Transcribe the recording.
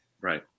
Right